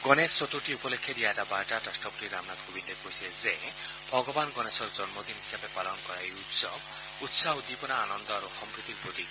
গণেশ চতুৰ্থী উপলক্ষে দিয়া এটা বাৰ্তাত ৰাট্টপতি ৰামনাথ কোবিন্দে কৈছে যে ভগৱান গণেশৰ জন্মদিন হিচাপে পালন কৰা এই উৎসৱ উৎসাহ উদ্দীপনা আনন্দ আৰু সম্প্ৰীতিৰ প্ৰতীক